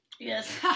Yes